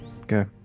okay